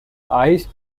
eyes